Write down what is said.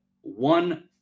one